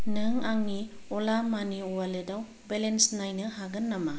नों आंनि अला मानि अवालेटाव बेलेन्स नायनो हागोन नामा